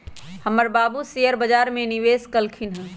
हमर बाबू शेयर बजार में निवेश कलखिन्ह ह